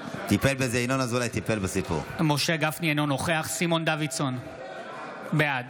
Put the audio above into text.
הלוי, אינו נוכח שרן מרים השכל, בעד